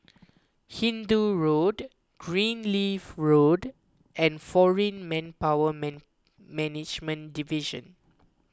Hindoo Road Greenleaf Road and foreign Manpower man Management Division